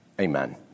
amen